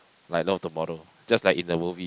like not the model just like in the movie